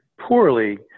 poorly